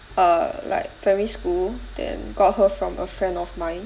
err like primary school then got her from a friend of mine